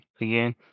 again